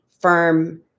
firm